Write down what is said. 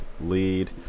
lead